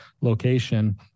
location